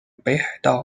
北海道